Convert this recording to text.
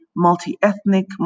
multi-ethnic